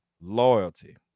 loyalty